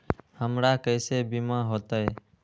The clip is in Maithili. हमरा केसे बीमा होते?